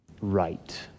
right